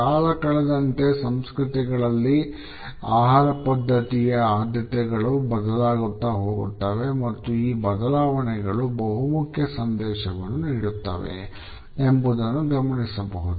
ಕಾಲ ಕಳೆದಂತೆ ಸಂಸ್ಕೃತಿಗಳಲ್ಲಿ ಆಹಾರಪದ್ಧತಿಯ ಆದ್ಯತೆಗಳು ಬದಲಾಗುತ್ತಾ ಹೋಗುತ್ತವೆ ಮತ್ತು ಈ ಬದಲಾವಣೆಗಳು ಬಹುಮುಖ್ಯ ಸಂದೇಶವನ್ನು ನೀಡುತ್ತವೆ ಎಂಬುದನ್ನು ಗಮನಿಸಬಹುದು